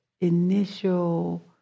initial